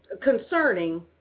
concerning